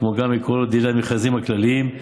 כמו גם עקרונות דיני המכרזים הכלליים,